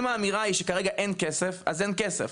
אם האמירה כרגע היא שאין כסף אז אין כסף,